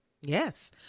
Yes